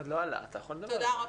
תודה רבה.